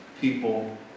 people